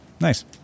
Nice